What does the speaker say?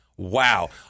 wow